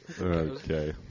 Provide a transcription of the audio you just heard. Okay